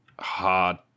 hard